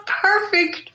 perfect